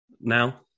now